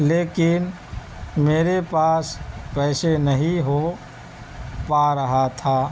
لیکن میرے پاس پیسے نہیں ہو پا رہا تھا